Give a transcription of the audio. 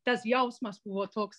tas jausmas buvo toks